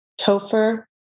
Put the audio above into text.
Topher